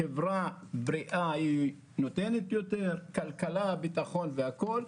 חברה בריאה נותנת יותר כלכלה, ביטחון והכול.